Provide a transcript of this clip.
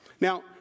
Now